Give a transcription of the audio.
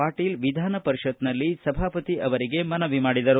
ಪಾಟೀಲ್ ವಿಧಾನಪರಿಷತ್ನಲ್ಲಿ ಸಭಾಪತಿ ಅವರಿಗೆ ಮನವಿ ಮಾಡಿದರು